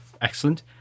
excellent